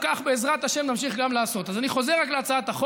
אתה צריך להגיד את זה.